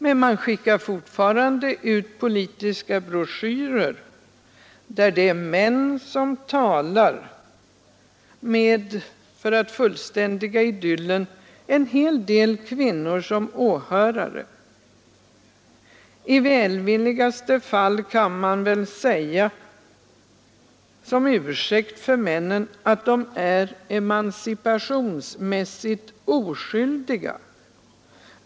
Men man skickar fortfarande ut politiska broschyrer där det är män som talar, med — för att fullständiga idyllen! — en hel del kvinnor som åhörare. I välvilligaste fall kan man väl säga som ursäkt för männen att de är emancipationsmässigt oskyldiga.